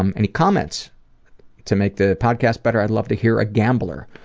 um any comments to make the podcast better? i'd love to hear a gambler.